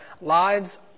lives